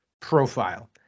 profile